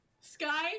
sky